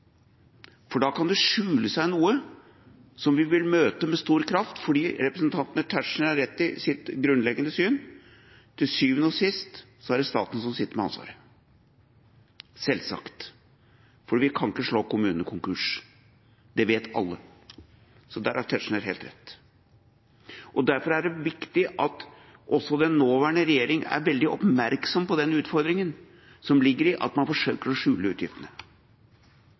for da kan det skjule seg noe som vi vil møte med stor kraft senere. Representanten Tetzschner har rett i sitt grunnleggende syn: Til syvende og sist er det staten som sitter med ansvaret, selvsagt, for vi kan ikke slå kommunene konkurs. Det vet alle. Så der har Tetzschner helt rett. Derfor er det viktig at også den nåværende regjering er veldig oppmerksom på den utfordringen som ligger i at man forsøker å skjule utgiftene.